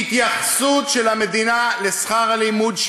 התייחסות של המדינה לשכר הלימוד.